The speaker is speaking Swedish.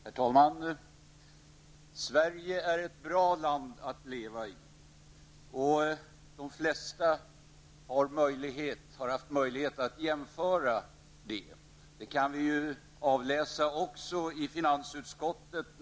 Herr talman! Sverige är ett bra land att leva i. De flesta har haft möjlighet att göra jämförelser. Det går också att läsa i finansutskottets betänkande.